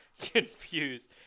confused